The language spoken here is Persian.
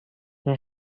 این